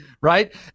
right